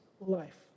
life